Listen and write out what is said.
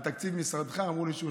לא.